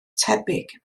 tebyg